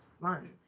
fun